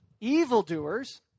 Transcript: Evildoers